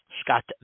Scott